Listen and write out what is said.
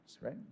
right